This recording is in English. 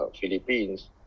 Philippines